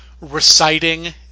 Reciting